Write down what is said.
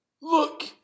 Look